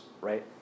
right